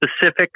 specific